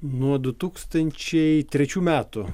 nuo du tūkstančiai trečių metų